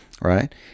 right